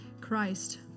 Christ